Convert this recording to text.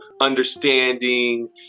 understanding